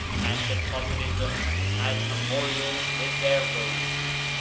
and deposited them as memorials with their robes.